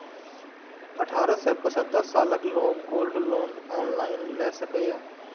अठारह सं पचहत्तर सालक लोग गोल्ड लोन ऑनलाइन लए सकैए